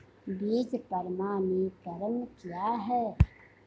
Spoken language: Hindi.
बीज प्रमाणीकरण क्या है?